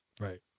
Right